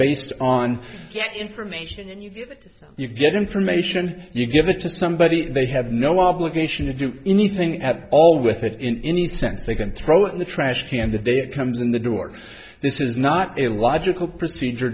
based on get information you get information you give it to somebody and they have no obligation to do anything at all with it in any sense they can throw it in the trash can the day it comes in the door this is not a logical procedure